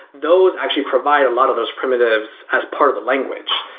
those actually provide a lot of those primitives as part of the language.